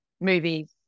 movies